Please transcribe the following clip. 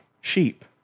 sheep